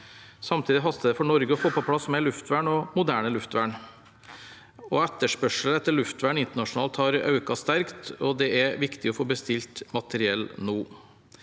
Samtidig haster det for Norge å få på plass mer luftvern og moderne luftvern. Etterspørselen etter luftvern internasjonalt har økt sterkt, og det er viktig å få bestilt materiell nå.